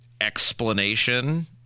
explanation